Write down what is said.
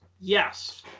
Yes